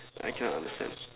I cannot understand